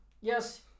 Yes